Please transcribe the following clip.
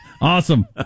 Awesome